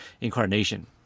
incarnation